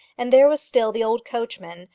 and there was still the old coachman,